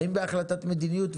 האם בהחלטת מדיניות,